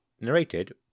narrated